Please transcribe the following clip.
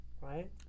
right